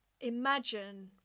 imagine